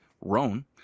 Roan